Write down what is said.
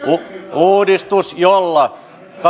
uudistus jolla